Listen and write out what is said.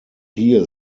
hier